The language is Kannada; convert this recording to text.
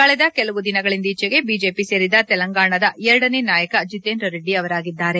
ಕಳೆದ ಕೆಲವು ದಿನಗಳಿಂದೀಚೆಗೆ ಬಿಜೆಪಿ ಸೇರಿದ ತೆಲಂಗಾಣದ ಎರಡನೇ ನಾಯಕ ಜಿತೇಂದ ರೆಡ್ಡಿ ಅವರಾಗಿದ್ದಾರೆ